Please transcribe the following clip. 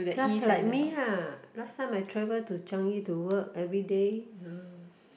just like me uh last time I travel to Changi to work everyday